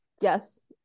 yes